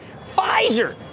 Pfizer